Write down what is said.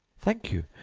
thank you,